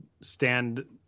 stand